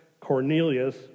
Cornelius